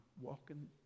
walking